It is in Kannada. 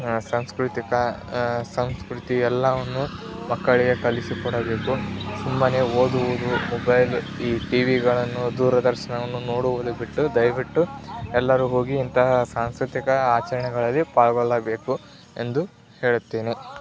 ಸಾಂಸ್ಕೃತಿಕ ಸಂಸ್ಕೃತಿ ಎಲ್ಲವನ್ನೂ ಮಕ್ಕಳಿಗೆ ಕಲಿಸಿಕೊಡಬೇಕು ಸುಮ್ಮನೆ ಓದುವುದು ಮೊಬೈಲ್ ಈ ಟಿ ವಿಗಳನ್ನು ದೂರದರ್ಶನವನ್ನು ನೋಡುವುದು ಬಿಟ್ಟು ದಯವಿಟ್ಟು ಎಲ್ಲರೂ ಹೋಗಿ ಇಂತಹ ಸಾಂಸ್ಕೃತಿಕ ಆಚರಣೆಗಳಲ್ಲಿ ಪಾಲ್ಗೊಳ್ಳಬೇಕು ಎಂದು ಹೇಳುತ್ತೀನಿ